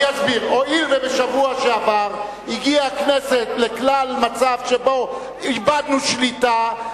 אני אסביר: הואיל ובשבוע שעבר הגיעה הכנסת לכלל מצב שבו איבדנו שליטה,